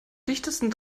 dichtesten